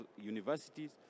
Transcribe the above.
universities